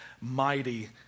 mighty